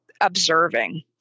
observing